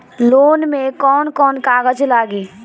Loan में कौन कौन कागज लागी?